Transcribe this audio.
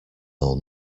all